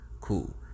cool